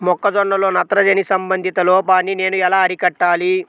మొక్క జొన్నలో నత్రజని సంబంధిత లోపాన్ని నేను ఎలా అరికట్టాలి?